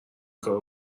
کارو